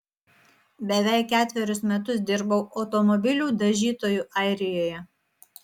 beveik ketverius metus dirbau automobilių dažytoju airijoje